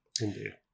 Indeed